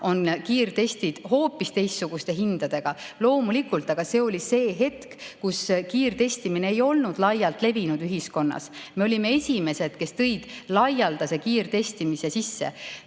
on kiirtestid hoopis teistsuguste hindadega loomulikult. Aga see oli aeg, kui kiirtestimine ei olnud ühiskonnas laialt levinud. Me olime esimesed, kes tõid laialdase kiirtestimise sisse.